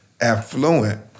affluent